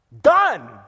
done